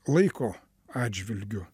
laiko atžvilgiu